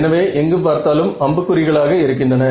எனவே எங்கு பார்த்தாலும் அம்புக் குறிகள் ஆக இருக்கின்றன